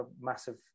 massive